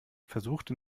versuchte